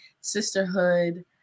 sisterhood